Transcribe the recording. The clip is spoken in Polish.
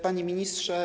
Panie Ministrze!